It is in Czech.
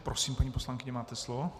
Prosím, paní poslankyně, máte slovo.